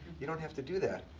you don't have to do that.